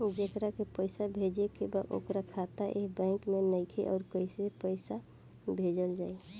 जेकरा के पैसा भेजे के बा ओकर खाता ए बैंक मे नईखे और कैसे पैसा भेजल जायी?